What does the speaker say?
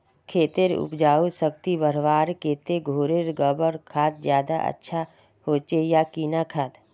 खेतेर उपजाऊ शक्ति बढ़वार केते घोरेर गबर खाद ज्यादा अच्छा होचे या किना खाद?